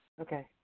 Okay